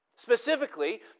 Specifically